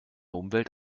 umwelt